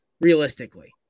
Realistically